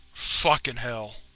fucking hell.